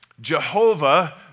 Jehovah